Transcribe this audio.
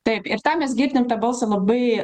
taip ir tą mes girdim tą balsą labai